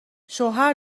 شوهر